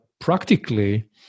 practically